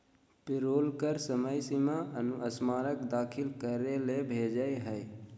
payroll कर समय सीमा अनुस्मारक दाखिल करे ले भेजय हइ